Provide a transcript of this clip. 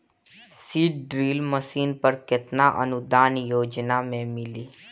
Seed drill machine पर केतना अनुदान योजना में मिली?